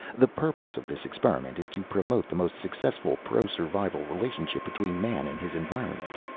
the purpose of this experiment is to promote the most successful pro-survival relationship between man and his environment.